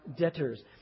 debtors